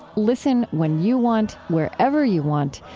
listen when you want, wherever you want.